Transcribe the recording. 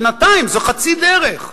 שנתיים, זו חצי דרך כמעט.